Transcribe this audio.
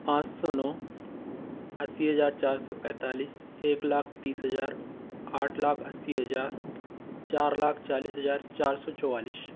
पाँच सौ नौ अस्सी हजार चार सौ पैंतालीस एक लाख तीस हजार आठ लाख अस्सी हजार चार लाख चालीस हजार चार सौ चौवालीस